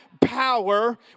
power